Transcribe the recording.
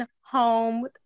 Home